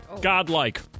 Godlike